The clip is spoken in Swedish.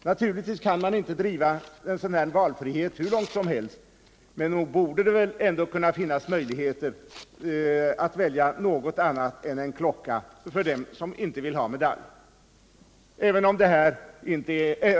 Naturligtvis kan man inte driva en sådan här valfrihet hur långt som helst, men nog borde det väl kunna finnas möjligheter att välja något annat än en klocka för dem som inte vill ha medalj.